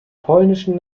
polnischen